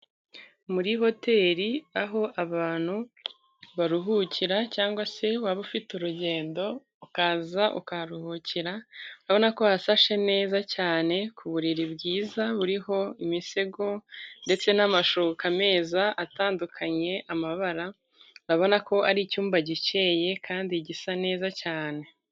Muri hoteri aho abantu baruhukira cyangwa se waba ufite urugendo ukaza ukaruhukira ,urabona ko hashashe neza cyane ,ku buriri bwiza buriho imisego ndetse n'amashuka meza atandukanye amabara abona ko ari icyumba gikeye, kandi gisa neza cyane.